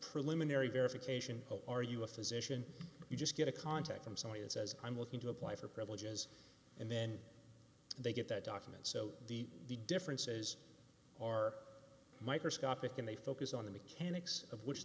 preliminary verification are you a physician you just get a contact from sony and says i'm looking to apply for privileges and then they get that document so the differences are microscopic and they focus on the mechanics of which